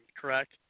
correct